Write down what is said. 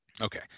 Okay